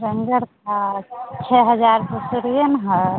ranger का छह हज़ार तो ना है